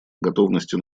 готовности